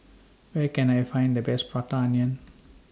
Where Can I Find The Best Prata Onion